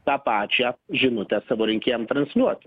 tą pačią žinutę savo rinkėjam transliuoti